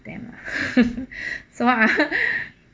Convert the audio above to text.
them ah so ah